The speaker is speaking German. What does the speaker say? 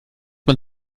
man